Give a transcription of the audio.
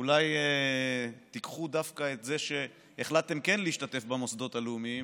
אולי תיקחו דווקא את זה שהחלטתם כן להשתתף במוסדות הלאומיים,